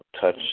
Touch